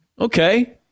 okay